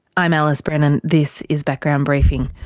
i'm alice brennan, this is background briefing.